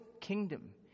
kingdom